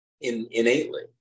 innately